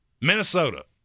Minnesota